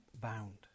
bound